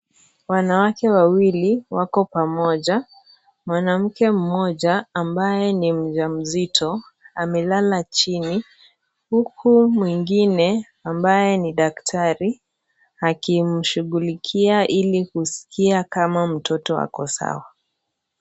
Wanawake wawili ,wako pamoja. Mwanamke mmoja, ambaye ni mjamzito, amelala chini, huku mwingine, ambaye ni daktari, akimshughulikia ili kusikia kama mtoto ako sawa.